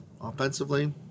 offensively